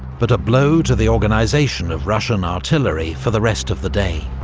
but a blow to the organisation of russian artillery for the rest of the day.